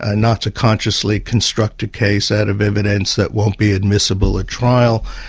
and not to consciously construct a case out of evidence that won't be admissible at trial,